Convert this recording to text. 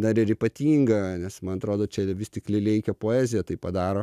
dar ir ypatinga nes man atrodo čia vis tik lileikio poezija tai padaro